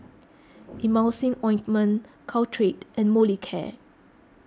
Emulsying Ointment Caltrate and Molicare